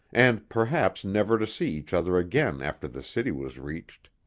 and perhaps never to see each other again after the city was reached.